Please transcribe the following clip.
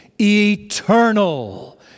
eternal